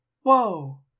Whoa